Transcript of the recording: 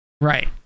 Right